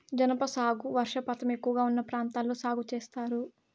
జనప సాగు వర్షపాతం ఎక్కువగా ఉన్న ప్రాంతాల్లో సాగు చేత్తారు